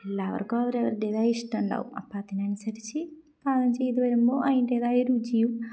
എല്ലാവർക്കും അവരവരുടേതായ ഇഷ്ടമുണ്ടാവും അപ്പം അതിന് അനുസരിച്ചു പാകം ചെയ്തു വരുമ്പോൾ അതിൻ്റേതായ രുചിയും